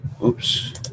Oops